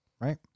Right